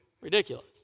Ridiculous